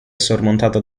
sormontata